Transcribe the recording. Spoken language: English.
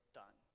done